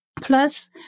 plus